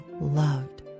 loved